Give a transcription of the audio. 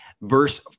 verse